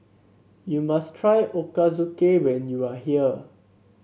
you must try Ochazuke when you are here